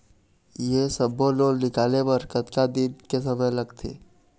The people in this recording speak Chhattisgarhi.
ये सब्बो लोन निकाले बर कतका दिन के समय लगथे?